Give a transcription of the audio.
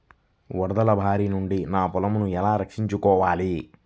వరదల భారి నుండి నా పొలంను ఎలా రక్షించుకోవాలి?